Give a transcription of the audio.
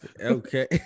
Okay